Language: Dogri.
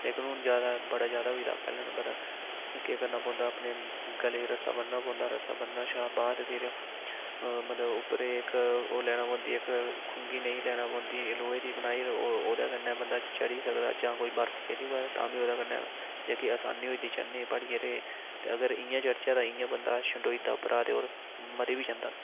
लेकिन हून जादा बड़ा जादा होई दा पैह्लें नंबर अग्गें करना पौंदा अपने गले ई रस्सा बनना पौंदा रस्सा बनने शा बाद फिर मतलब उप्परे ई इक ओह् लैना पौंदी इक खुंगी नेही लैना पौंदी लोहे दी बनाई ओह्दे कन्नै बंदा चढ़ी सकदा जां कोई बर्फ पेदी होऐ तां बी ओह्दे कन्नै जेह्की आसानी होई दी चढ़ने ई प्हाड़ी एरिया च ते अगर इ'यां चढ़चै ते इ'यां बंदा छंडोई दा उप्पर दा ते होर मरी बी जंदा